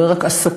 רואה רק עסקים,